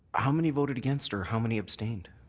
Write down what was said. how many voted against, or how many abstained?